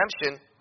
redemption